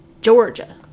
Georgia